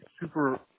super